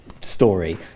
story